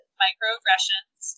microaggressions